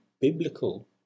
biblical